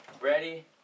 ready